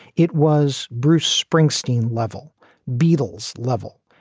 it was bruce springsteen level beatles level,